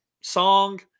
song